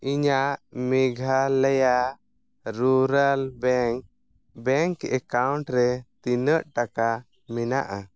ᱤᱧᱟᱹᱜ Meghalaya rural bank bank account ᱨᱮ ᱛᱤᱱᱟᱹᱜ ᱴᱟᱠᱟ ᱢᱮᱱᱟᱜᱼᱟ